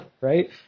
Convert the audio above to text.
right